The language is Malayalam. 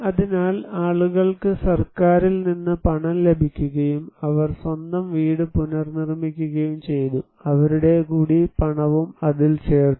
അതിനാൽ ആളുകൾക്ക് സർക്കാരിൽ നിന്ന് പണം ലഭിക്കുകയും അവർ സ്വന്തം വീട് പുനർനിർമ്മിക്കുകയും ചെയ്തു അവരുടെ കൂടി പണവും അതിൽ ചേർത്തു